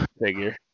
figure